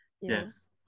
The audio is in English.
Yes